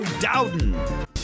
Dowden